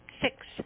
Six